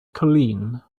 colleen